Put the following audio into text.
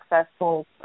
successful